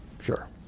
sure